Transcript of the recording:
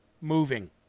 moving